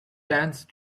dance